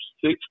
six